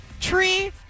Tree